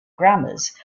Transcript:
grammars